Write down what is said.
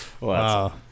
wow